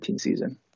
season